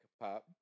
Pop